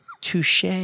Touche